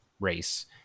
race